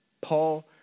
Paul